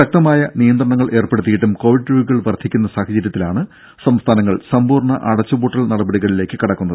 ശക്തമായ നിയന്ത്രണങ്ങൾ ഏർപെടുത്തിയിട്ടും കൊവിഡ് രോഗികൾ വർധിക്കുന്ന സാഹചര്യത്തിലാണ് സംസ്ഥാനങ്ങൾ സമ്പൂർണ അടച്ചുപൂട്ടൽ നടപടികളിലേക്ക് കടക്കുന്നത്